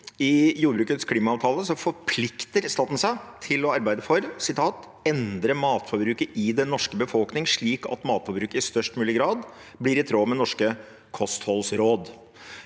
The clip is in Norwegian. «I jordbrukets klimaavtale forplikter staten seg til å arbeide for å «endre matforbruket i den norske befolkningen slik at matforbruket i størst mulig grad blir i tråd med de norske kostholdsrådene».